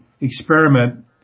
experiment